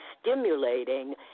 stimulating